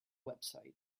website